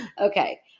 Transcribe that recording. Okay